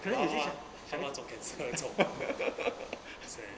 bad [one] 他会做 cancer 这种 seh